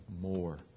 more